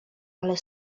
ale